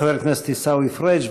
חבר הכנסת עיסאווי פריג',